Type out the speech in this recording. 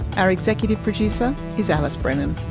our executive producer is alice brennan.